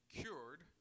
cured